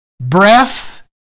breath